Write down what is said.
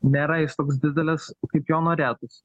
nėra jis toks didelis kaip jo norėtųsi